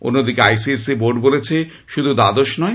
অন্যদিকে ISCE board বলেছে শুধু দ্বাদশ নয়